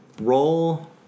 Roll